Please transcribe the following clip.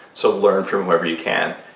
so learn from whoever you can.